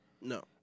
No